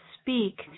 speak